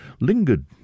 lingered